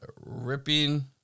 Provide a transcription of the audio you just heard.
Ripping